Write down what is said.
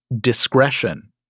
discretion